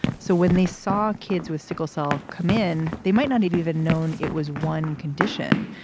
so when they saw kids with sickle cell come in, they might not have even known it was one condition.